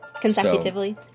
Consecutively